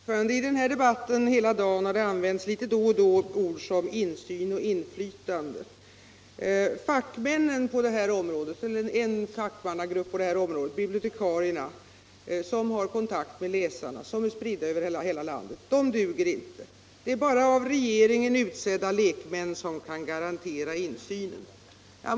Herr talman! I denna debatt har det hela dagen då och då använts ord såsom insyn och inflytande. En fackmannagrupp på detta område, nämligen bibliotekarierna, som har kontakt med läsarna och är spridda över hela landet, duger inte. Bara av regeringen utsedda lekmän kan garantera insynen.